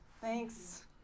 Thanks